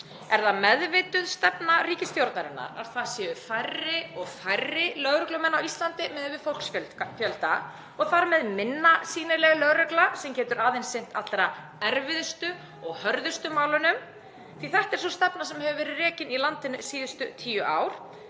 Er það meðvituð stefna ríkisstjórnarinnar að það séu færri og færri lögreglumenn á Íslandi miðað við fólksfjölda og þar með minna sýnileg lögregla sem getur aðeins sinnt allra erfiðustu og hörðustu málunum, því að þetta er sú stefna sem hefur verið rekin í landinu síðustu tíu ár?